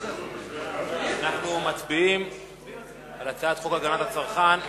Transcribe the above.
אנחנו מצביעים על הצעת חוק הגנת הצרכן (תיקון,